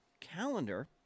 calendar